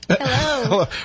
Hello